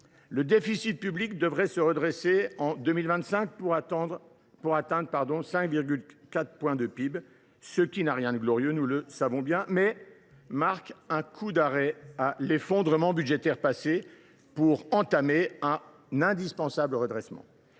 Le déficit public devrait se redresser en 2025, pour atteindre 5,4 % du PIB. Cela n’a rien de glorieux, nous le savons bien, mais cela marque un coup d’arrêt à l’effondrement budgétaire, et j’y vois les prémices d’un indispensable redressement.